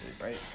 right